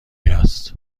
است